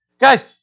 Guys